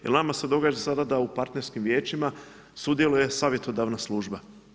Jer nama se događa sada da u partnerskim vijećima sudjeluje savjetodavna služba.